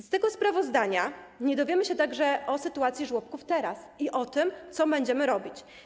Z tego sprawozdania nie dowiemy się także o sytuacji żłobków dziś i o tym, co będziemy robić.